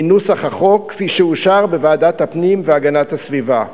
מנוסח החוק כפי שאושר בוועדת הפנים והגנת הסביבה.